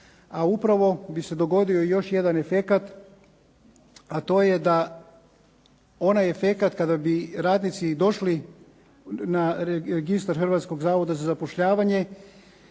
a upravo bi se dogodio još jedan efekat a to je da onaj efekat kada bi radnici došli na registar Hrvatskog zavoda za zapošljavanje